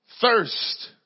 thirst